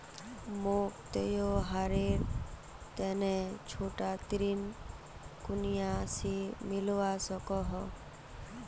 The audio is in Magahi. मोक त्योहारेर तने छोटा ऋण कुनियाँ से मिलवा सको हो?